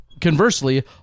Conversely